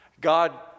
God